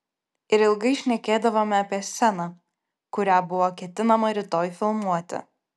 ir ilgai šnekėdavome apie sceną kurią buvo ketinama rytoj filmuoti